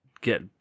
get